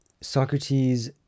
Socrates